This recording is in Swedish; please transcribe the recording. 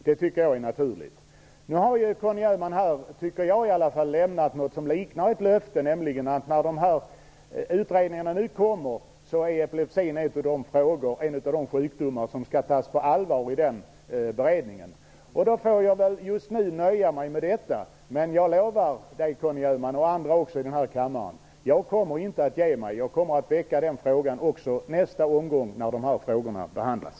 Det tycker jag är naturligt. Conny Öhman har, tycker jag i alla fall, lämnat något som liknar ett löfte, nämligen att när utredningarna nu kommer är epilepsin en av de sjukdomar som skall tas på allvar i beredningen. Därför får jag just nu nöja mig med detta, men jag lovar Conny Öhman och andra i denna kammare att jag inte kommer att ge mig. Jag kommer att väcka denna fråga också nästa omgång när de här frågorna behandlas.